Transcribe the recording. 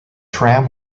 tram